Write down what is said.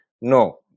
No